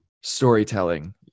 storytelling